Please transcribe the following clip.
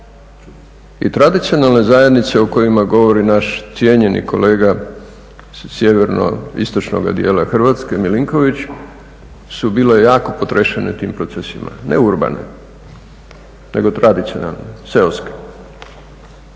I tradicionalne zajednice o kojima govori naš cijenjeni kolega sa sjeverno-istočnoga dijela Hrvatske Milinković, su bile jako potresene tim procesima. Ne urbane nego tradicionalne, seoske.